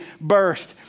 burst